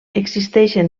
existeixen